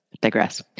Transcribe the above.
digress